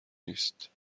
نیست